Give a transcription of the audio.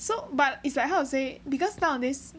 so but is like how to say because nowadays